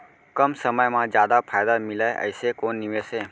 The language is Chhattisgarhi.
कम समय मा जादा फायदा मिलए ऐसे कोन निवेश हे?